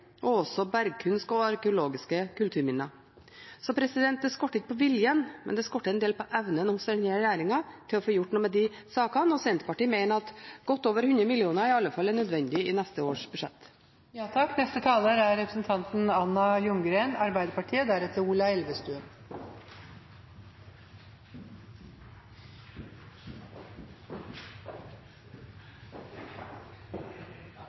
og arkeologiske kulturminner. Det skorter ikke på viljen, men det skorter en del på evnen hos denne regjeringen til å få gjort noe med de sakene, og Senterpartiet mener at i alle fall godt over 100 mill. kr er nødvendig i neste års budsjett.